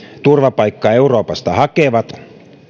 turvapaikkaa euroopasta hakevat